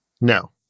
No